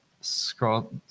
scroll